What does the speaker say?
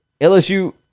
LSU